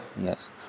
yes